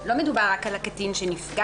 הקטין.